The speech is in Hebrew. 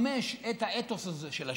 לממש את האתוס הזה של השילוב,